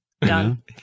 Done